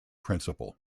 principle